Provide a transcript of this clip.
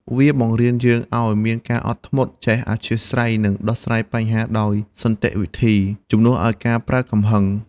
វាបង្រៀនយើងឱ្យមានការអត់ធ្មត់ ចេះអធ្យាស្រ័យ និងដោះស្រាយបញ្ហាដោយសន្តិវិធី ជំនួសឱ្យការប្រើកំហឹង។